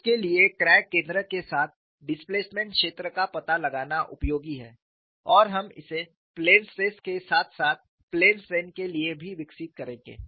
उसके लिए क्रैक केंद्र के साथ डिस्प्लेसमेंट क्षेत्र का पता लगाना उपयोगी है और हम इसे प्लेन स्ट्रेस के साथ साथ प्लेन स्ट्रेन के लिए भी विकसित करेंगे